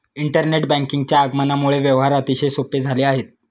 internet बँकिंगच्या आगमनामुळे व्यवहार अतिशय सोपे झाले आहेत